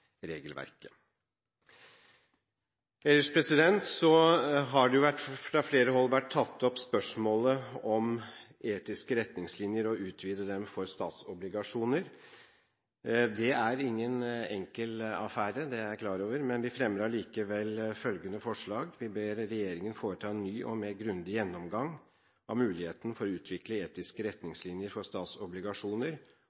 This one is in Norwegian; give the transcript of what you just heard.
regelverket. Ellers har spørsmålet om å utvide de etiske retningslinjene for statsobligasjoner blitt tatt opp fra flere hold. Det er ingen enkel affære – det er jeg klar over – men vi fremmer allikevel følgende forslag: Vi ber regjeringen foreta en ny og mer grundig gjennomgang av mulighetene for å utvikle etiske